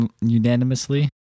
unanimously